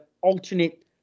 alternate